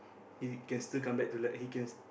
he can still come back to like he can